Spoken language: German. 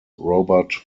robert